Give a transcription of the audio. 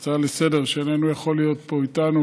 יכול להיות איתנו